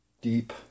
deep